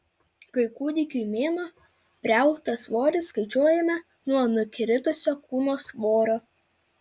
kai kūdikiui mėnuo priaugtą svorį skaičiuojame nuo nukritusio kūno svorio